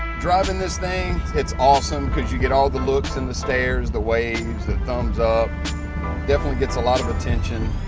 driving this thing, it's awesome because you get all the looks and the stares, the waves, the thumbs up definitely gets a lot of attention.